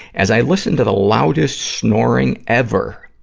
as i listen to the loudest snoring ever,